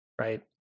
right